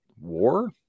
war